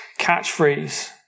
catchphrase